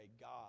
God